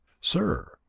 Sir